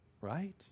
right